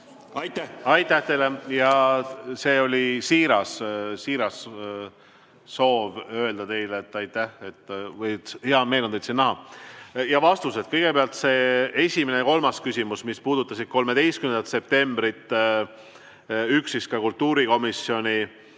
Aitäh teile! See oli siiras soov öelda teile, et hea meel on teid siin näha. Ja vastused. Kõigepealt see esimene ja kolmas küsimus, mis puudutasid 13. septembrit, üks siis ka kultuurikomisjoni.